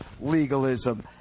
legalism